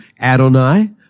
Adonai